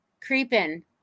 Creeping